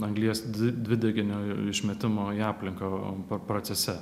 anglies dvideginio išmetimo į aplinką procese